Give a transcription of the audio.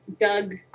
Doug